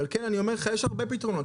יש הרבה פתרונות,